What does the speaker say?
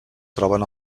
troben